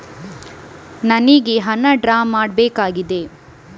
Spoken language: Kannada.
ನನಿಗೆ ಹಣ ಡ್ರಾ ಮಾಡ್ಬೇಕಾಗಿದೆ